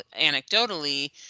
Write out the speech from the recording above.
anecdotally